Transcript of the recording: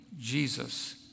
Jesus